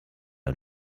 und